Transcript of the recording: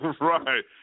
Right